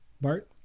Bart